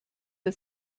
der